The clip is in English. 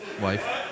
Wife